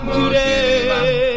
today